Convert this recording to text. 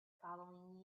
following